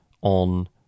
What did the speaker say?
on